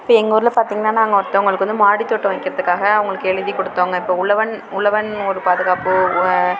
இப்போ எங்கூரில் பார்த்திங்கனா நாங்கள் ஒருத்தங்குளுக்கு வந்து மாடித்தோட்டம் வக்கிறதுக்காக அவங்குளுக்கு எழுதி கொடுத்தோங்க இப்போ உழவன் உழவன் ஒரு பாதுகாப்பு